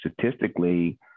statistically